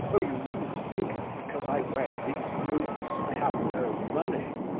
oh, you needn't think that because i wear these boots i have no money.